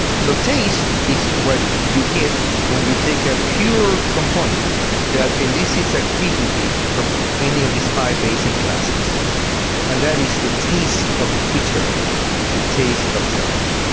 so taste is what you get when you take a pure component that elicits activity from any of these five basic classes and that is the taste of bitter the taste of sour.